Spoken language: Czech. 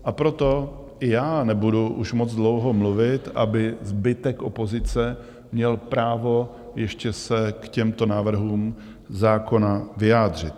A proto i já nebudu už moc dlouho mluvit, aby zbytek opozice měl právo ještě se k těmto návrhům zákona vyjádřit.